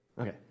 Okay